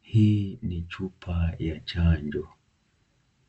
Hii ni chupa ya chanjo,